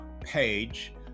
page